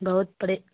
بہت پڑے